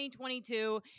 2022